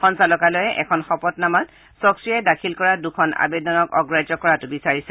সঞ্চালকালয়ে এখন শপতনামাত চ'ক্সীয়ে দাখিল কৰা দুখন আৱেদনক অগ্ৰাহ্য কৰাটো বিচাৰিছে